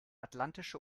atlantische